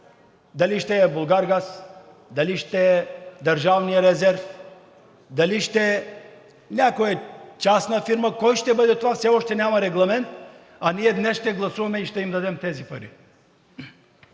Дали ще е „Булгаргаз“, дали ще е „Държавен резерв“, дали ще е някоя частна фирма, кой ще бъде това, все още няма регламент, а ние днес ще гласуваме и ще им дадем тези пари.